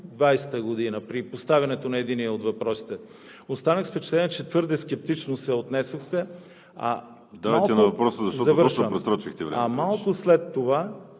2020 г. при поставянето на единия от въпросите. Останах с впечатление, че твърде скептично се отнесохте. ПРЕДСЕДАТЕЛ